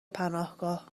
پناهگاه